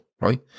right